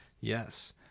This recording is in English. yes